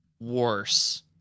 worse